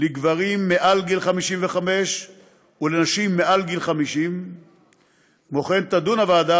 לגברים מעל גיל 55 ולנשים מעל גיל 50. כמו כן תדון הוועדה